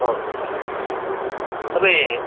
sir होइन तपाईँ